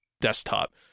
desktop